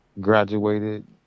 graduated